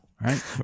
Right